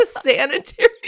sanitary